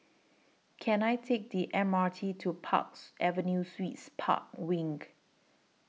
Can I Take The M R T to Park Avenue Suites Park Wing